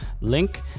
link